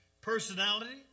Personality